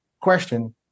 question